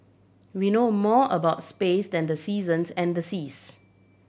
we know more about space than the seasons and the seas